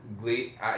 Glee